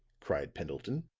cried pendleton.